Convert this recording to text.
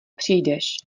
přijdeš